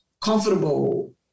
comfortable